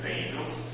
angels